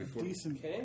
Decent